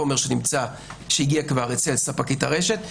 חומר שהגיע כבר לספקית הרשת,